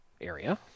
area